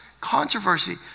controversy